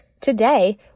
Today